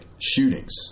shootings